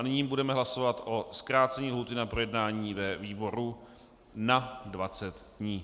Nyní budeme hlasovat o zkrácení lhůty na projednání ve výboru na 20 dní.